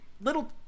little